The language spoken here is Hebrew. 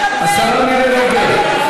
השרה מירי רגב.